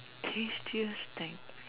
tedious tank